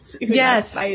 Yes